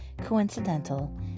coincidental